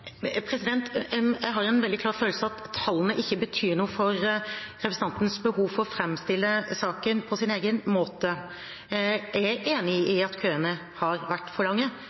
tallene ikke betyr noe for representantens behov for å framstille saken på sin egen måte. Jeg er enig i at køene har vært for lange,